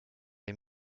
les